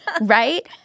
right